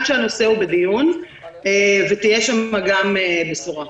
שהנושא נמצא בדיון ותהיה שם גם בשורה.